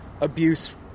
abuse